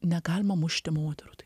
negalima mušti moterų tai